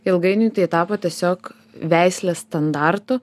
ilgainiui tai tapo tiesiog veislės standartu